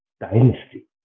dynasty